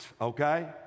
okay